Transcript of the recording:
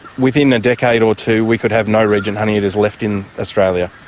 within a decade or two we could have no regent honeyeaters left in australia.